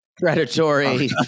predatory